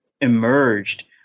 emerged